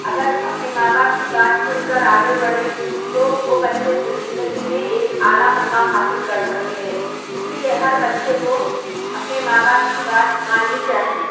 اگر اپنے ماں باپ کی بات سن کر آگے بڑھے تو وہ بّچے زندگی میں ایک اعلیٰ مقام حاصل کر سکتے ہیں اسی لیے ہر بچے کو اپنے ماں باپ کی بات ماننی چاہیے